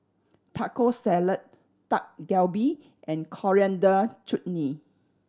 Taco Salad Dak Galbi and Coriander Chutney